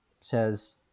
says